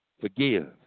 forgive